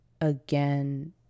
again